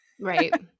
right